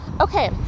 Okay